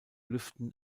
lüften